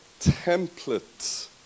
template